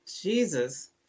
Jesus